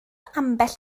ambell